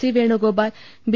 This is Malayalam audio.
C Venugopal B